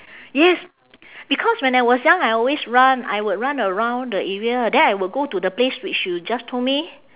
yes because when I was young I always run I would run around the area then I will go to the place which you just told me